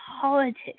politics